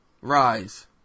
Rise